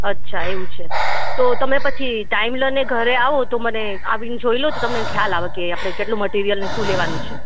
અચ્છા એવું છે તો તમે પછી ટાઈમ લઈને ઘરે આવો તો મને આવીને જોઈ લો તો તમને ખ્યાલ આવે કે આપણે કેટલું મટીરિયલ ને શું લેવાનું છે